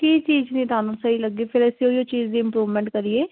ਕੀ ਚੀਜ ਨੀ ਤੁਹਾਨੂੰ ਸਹੀ ਲੱਗੀ ਫਿਰ ਅਸੀਂ ਓਹੀਓ ਚੀਜ ਦੀ ਇੰਪਰੂਵਮੈਂਟ ਕਰੀਏ